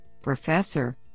professor